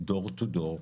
דור טו דור.